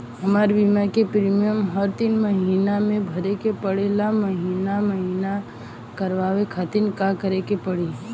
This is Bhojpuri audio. हमार बीमा के प्रीमियम हर तीन महिना में भरे के पड़ेला महीने महीने करवाए खातिर का करे के पड़ी?